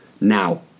now